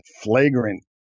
flagrant